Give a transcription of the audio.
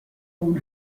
اون